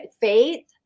faith